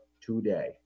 today